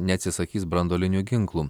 neatsisakys branduolinių ginklų